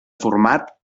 format